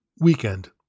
Weekend